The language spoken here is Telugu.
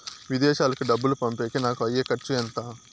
విదేశాలకు డబ్బులు పంపేకి నాకు అయ్యే ఖర్చు ఎంత?